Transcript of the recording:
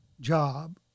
job